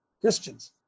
Christians